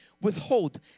withhold